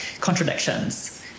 contradictions